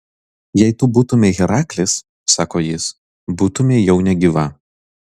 jei tu būtumei heraklis sako jis būtumei jau negyva